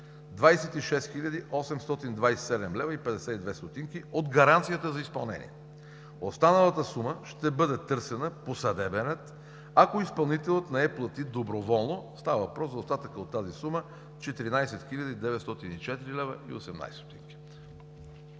827 лв. и 52 ст. от гаранцията за изпълнение. Останалата сума ще бъде търсена по съдебен ред, ако изпълнителят не я плати доброволно. Става въпрос за остатъка от тази сума – 14 хил. 904 лв. и 18 ст.